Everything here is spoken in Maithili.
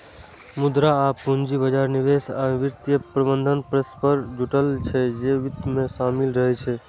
मुद्रा आ पूंजी बाजार, निवेश आ वित्तीय प्रबंधन परस्पर जुड़ल छै, जे वित्त मे शामिल रहै छै